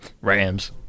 Rams